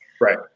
Right